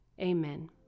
Amen